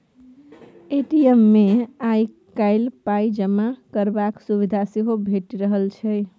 ATM मे आइ काल्हि पाइ जमा करबाक सुविधा सेहो भेटि रहल छै